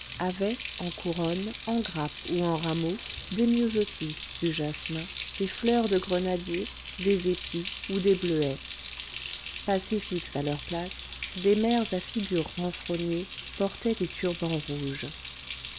avaient en couronnes en grappes ou en rameaux des myosotis du jasmin des fleurs de grenadier des épis ou des bleuets pacifiques à leurs places des mères à figure renfrognée portaient des turbans rouges